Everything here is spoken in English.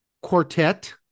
quartet